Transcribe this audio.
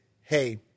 hey